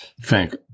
thank